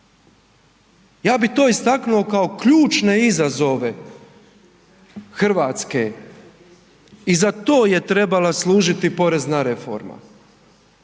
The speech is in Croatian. Ja bi to istaknuo kao ključne izazove Hrvatske i za to je trebala služiti porezna reforma,